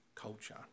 Culture